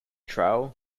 trial